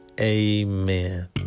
Amen